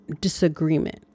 disagreement